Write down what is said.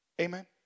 Amen